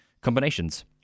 combinations